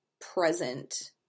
present